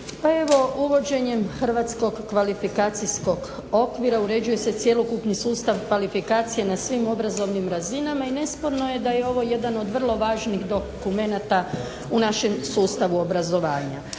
Pa evo uvođenjem hrvatskog kvalifikacijskog okvira uređuje se cjelokupni sustav kvalifikacije na svim obrazovnim razinama i nesporno je da je ovo jedan od vrlo važnih dokumenata u našem sustavu obrazovanja.